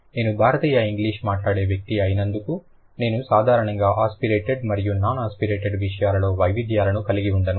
నేను భారతీయ ఇంగ్లీష్ మాట్లాడే వ్యక్తి అయినందున నేను సాధారణంగా ఆస్పిరేటెడ్ మరియు నాన్ ఆస్పిరేటెడ్ విషయాలలో వైవిధ్యాలను కలిగి ఉండను